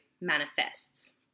manifests